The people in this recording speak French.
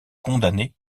condamnés